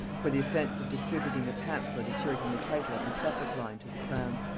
for the offence of distributing a pamphlet asserting the title of the suffolk line to the crown.